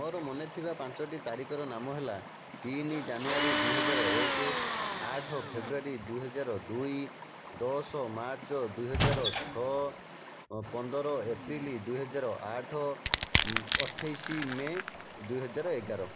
ମୋର ମନେ ଥିବା ପାଞ୍ଚଟି ତାରିଖର ନାମ ହେଲା ତିନି ଜାନୁଆରୀ ଦୁଇ ହଜାର ଏକ ଆଠ ଫେବୃଆରୀ ଦୁଇ ହଜାର ଦୁଇ ଦଶ ମାର୍ଚ୍ଚ ଦୁଇ ହଜାର ଛଅ ପନ୍ଦର ଏପ୍ରିଲ ଦୁଇ ହଜାର ଆଠ ଅଠେଇଶ ମେ ଦୁଇ ହଜାର ଏଗାର